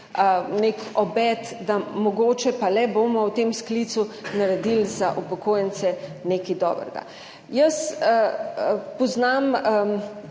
nek obet, da mogoče pa le bomo v tem sklicu naredili za upokojence nekaj dobrega. Jaz poznam